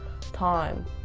time